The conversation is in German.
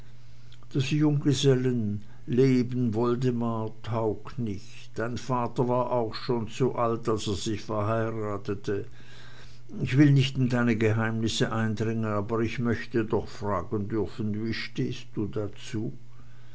das junggesellenleben woldemar taugt nichts dein vater war auch schon zu alt als er sich verheiratete ich will nicht in deine geheimnisse eindringen aber ich möchte doch fragen dürfen wie stehst du dazu